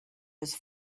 his